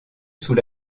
sous